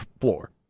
floor